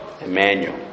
Emmanuel